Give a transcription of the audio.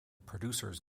producers